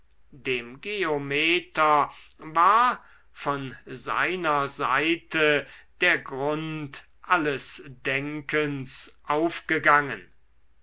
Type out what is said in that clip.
dem geometer war von seiner seite der grund alles denkens aufgegangen